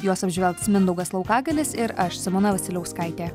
juos apžvelgs mindaugas laukagalis ir aš simona vasiliauskaitė